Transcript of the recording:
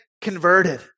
converted